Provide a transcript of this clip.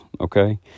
okay